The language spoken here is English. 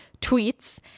tweets